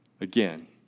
again